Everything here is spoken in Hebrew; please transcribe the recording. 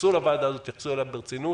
התייחסו לוועדה הזאת ברצינות.